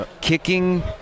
Kicking